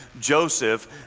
Joseph